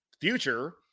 future